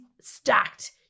stacked